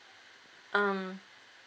um